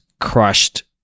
crushed